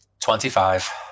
Twenty-five